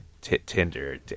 Tinder